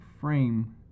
frame